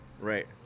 Right